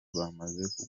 bamaze